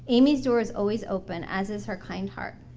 amy's door is always open as is her kind heart.